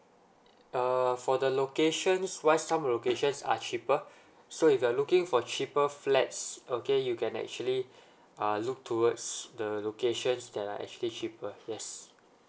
uh for the locations wise some locations are cheaper so if you're looking for cheaper flats okay you can actually uh look towards the locations that are actually cheaper yes